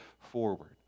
forward